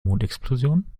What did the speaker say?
mondexplosion